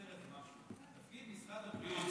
תפקיד משרד הבריאות,